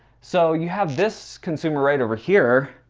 so you have this consumer right over here.